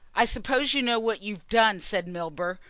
i suppose you know what you've done, said milburgh.